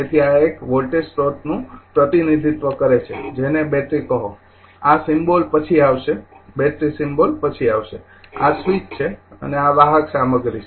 તેથી આ એક વોલ્ટેજ સ્રોતનું પ્રતિનિધિત્વ કરે છે જેને બેટરી કહો આ સિમ્બોલ પછી આવશે બેટરી સિમ્બોલ પછી આવશે આ સ્વીચ છે અને આ વાહક સામગ્રી છે